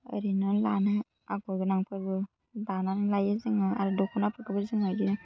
ओरैनो लानाय आगर गोनांफोरबो दानानै लायो जोङो आरो दख'नाफोरखौबो जों बिदिनो